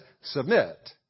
submit